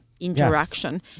interaction